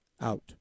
out